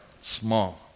small